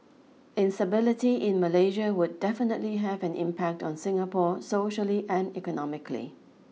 instability in Malaysia would definitely have an impact on Singapore socially and economically